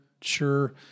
sure